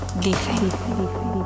Dicen